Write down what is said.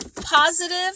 positive